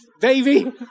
baby